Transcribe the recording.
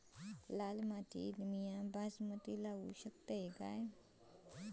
लाल मातीत मी बासमती लावू शकतय काय?